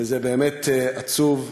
זה באמת עצוב.